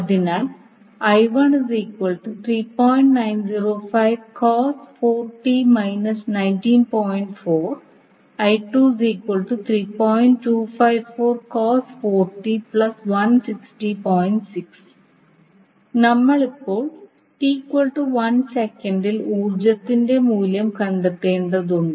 അതിനാൽ ഇപ്പോൾ നമ്മൾ ൽ ഊർജ്ജത്തിന്റെ മൂല്യം കണ്ടെത്തേണ്ടതുണ്ട്